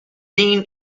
dean